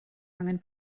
angen